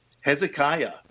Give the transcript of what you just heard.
Hezekiah